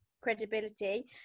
credibility